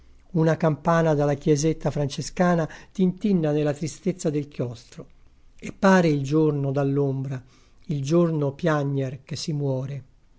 una campana dalla chiesetta francescana tintinna nella tristezza del chiostro e pare il giorno dall'ombra il giorno piagner che si muore